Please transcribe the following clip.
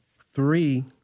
three